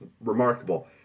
remarkable